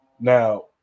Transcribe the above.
Now